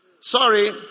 Sorry